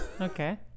Okay